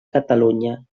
catalunya